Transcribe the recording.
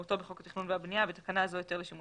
כמשמעותו בחוק התכנון והבנייה (בתקנה זו "היתר לשימוש